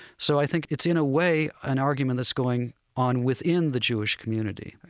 so i think it's, in a way, an argument that's going on within the jewish community. but